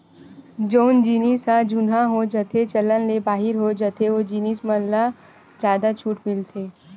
जउन जिनिस ह जुनहा हो जाथेए चलन ले बाहिर हो जाथे ओ जिनिस मन म जादा छूट मिलथे